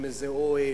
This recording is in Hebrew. עם איזה אוהל,